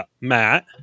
Matt